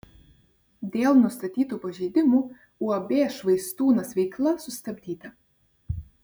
dėl nustatytų pažeidimų uab švaistūnas veikla sustabdyta